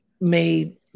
made